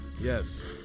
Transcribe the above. Yes